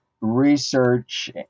research